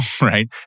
right